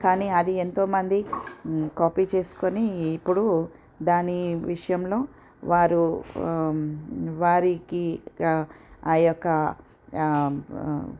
కానీ అది ఎంతోమంది కాపీ చేసుకుని ఇప్పుడు దాని విషయంలో వారు వారికి ఆ యొక్క